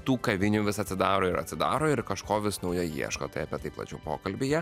tų kavinių vis atsidaro ir atsidaro ir kažko vis naujo ieško tai apie tai plačiau pokalbyje